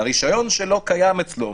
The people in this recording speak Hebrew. הרישיון שלו קיים אצלו.